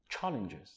challenges